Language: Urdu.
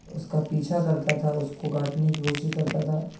اس کا پیچھا کرتا تھا اس کو کاٹنے کی کوشش کرتا تھا